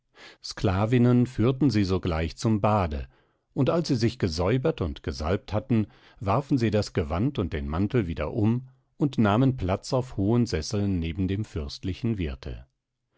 sklavinnen führten sie sogleich zum bade und als sie sich gesäubert und gesalbt hatten warfen sie das gewand und den mantel wieder um und nahmen platz auf hohen sesseln neben dem fürstlichen wirte